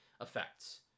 effects